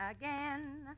Again